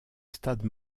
stade